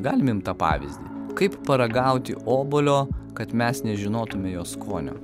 galim imt tą pavyzdį kaip paragauti obuolio kad mes nežinotume jo skonio